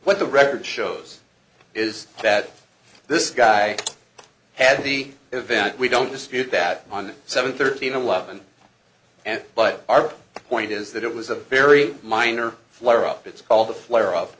the record shows is that this guy had the event we don't dispute that on seven thirteen eleven and but our point is that it was a very minor flare up it's all the flare